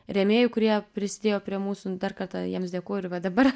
rėmėjų kurie prisidėjo prie mūsų dar kartą jiems dėkoju ir va dabar